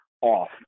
off